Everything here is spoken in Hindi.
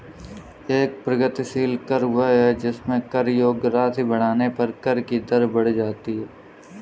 एक प्रगतिशील कर वह है जिसमें कर योग्य राशि बढ़ने पर कर की दर बढ़ जाती है